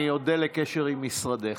אני אודה על קשר עם משרדך.